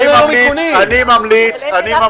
אין היום